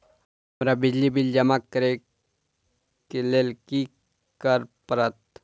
हमरा बिजली बिल जमा करऽ केँ लेल की करऽ पड़त?